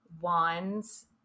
wands